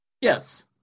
Yes